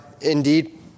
indeed